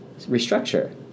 restructure